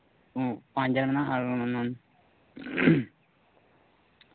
ᱯᱟᱸᱪ ᱦᱟᱡᱟᱨ ᱢᱮᱱᱟᱜᱼᱟ ᱟᱨ